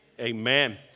Amen